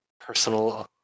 personal